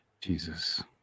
Jesus